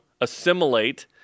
assimilate